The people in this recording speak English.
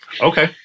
okay